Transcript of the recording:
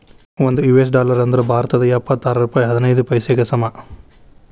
ಒಂದ್ US dollar ಅಂದ್ರ ಭಾರತದ್ ಎಪ್ಪತ್ತಾರ ರೂಪಾಯ್ ಹದಿನೈದ್ ಪೈಸೆಗೆ ಸಮ